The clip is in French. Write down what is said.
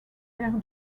père